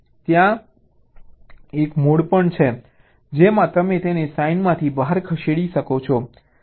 ત્યાં એક મોડ પણ છે જેમાં તમે તેને સાઈનમાંથી બહાર ખસેડી શકો છો